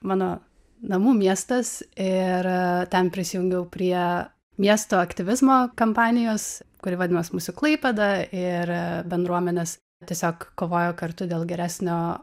mano namų miestas ir ten prisijungiau prie miesto aktyvizmo kampanijos kuri vadinosi mūsų klaipėda ir bendruomenės tiesiog kovojo kartu dėl geresnio